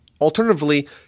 Alternatively